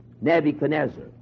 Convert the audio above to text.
Nebuchadnezzar